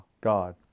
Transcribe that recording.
God